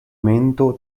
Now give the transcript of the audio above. mento